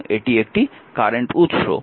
এবং এটি একটি কারেন্ট উৎস